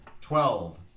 twelve